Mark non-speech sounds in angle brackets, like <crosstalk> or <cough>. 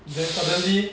<breath>